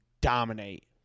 dominate